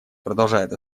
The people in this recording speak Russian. продолжает